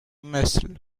مثل